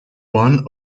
one